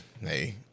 Hey